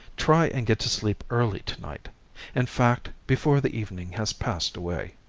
try and get to sleep early tonight in fact, before the evening has passed away.